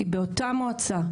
כי באותה מועצה,